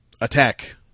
attack